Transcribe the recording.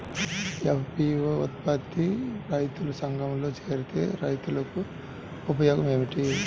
FPO ఉత్పత్తి దారుల సంఘములో చేరితే రైతులకు ఉపయోగము ఏమిటి?